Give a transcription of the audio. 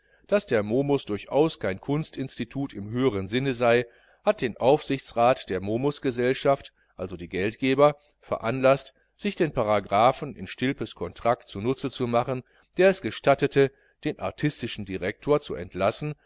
daß der momus durchaus kein kunstinstitut im höheren sinne sei hat den aufsichtsrat der momus gesellschaft also die geldgeber veranlaßt sich den paragraphen in stilpes kontrakt zunutze zu machen der es gestattete den artistischen direktor zu entlassen